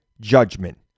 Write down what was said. judgment